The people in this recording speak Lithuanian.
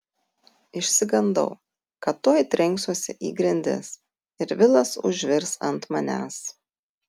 išsigandau kad tuoj trenksiuosi į grindis ir vilas užvirs ant manęs